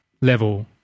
level